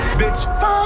bitch